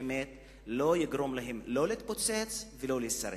הדבר לא יגרום להם לא להתפוצץ ולא להישרף.